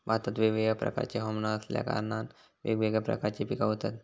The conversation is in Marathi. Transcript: भारतात वेगवेगळ्या प्रकारचे हवमान असल्या कारणान वेगवेगळ्या प्रकारची पिका होतत